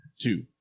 two